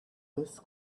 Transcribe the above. this